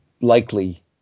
likely